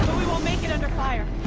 we won't make it under fire.